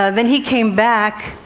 ah then he came back,